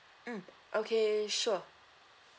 mm okay sure